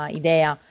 idea